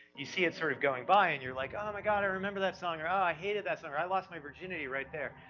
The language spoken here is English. you see it sort of going by and you're like, oh my god, i remember that song, or oh ah i hated that song or, i lost my virginity right there,